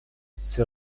ses